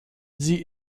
sie